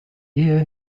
ehe